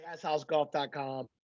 gashousegolf.com